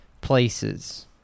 places